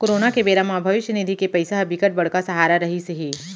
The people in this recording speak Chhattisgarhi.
कोरोना के बेरा म भविस्य निधि के पइसा ह बिकट बड़का सहारा रहिस हे